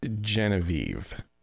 Genevieve